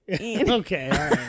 Okay